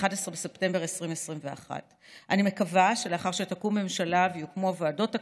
11 בספטמבר 2021. אני מקווה שלאחר שתקום ממשלה ויוקמו הוועדות הקבועות,